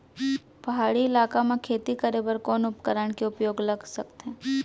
पहाड़ी इलाका म खेती करें बर कोन उपकरण के उपयोग ल सकथे?